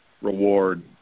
reward